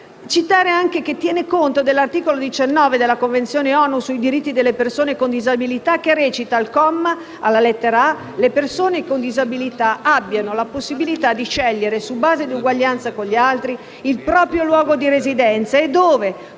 citare anche che esso tiene conto dell'articolo 19 della Convenzione delle Nazioni Unite sui diritti delle persone con disabilità, che recita, alla lettera *a)*: «Le persone con disabilità abbiano la possibilità di scegliere, sulla base di eguaglianza con gli altri, il proprio luogo di residenza e dove